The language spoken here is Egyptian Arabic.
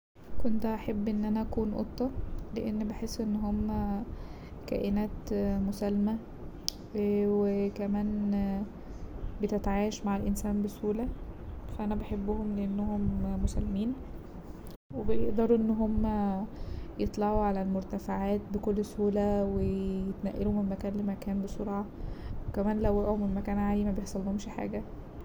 كنت هحب ان انا اكون قطة لأن بحس ان هما كائنات مسالمة وكمان بتتعايش مع الانسان بسهولة فا انا بحبهم لأنهم مسالمين وبيقدروا ان هما يطلعوا على المرتفعات بكل سهولة ويتنقلوا من مكان لمكان بسرعة وكمان لو وقعوا من مكان عالي مبيحصلهومش حاجة.